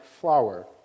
flower